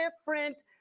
different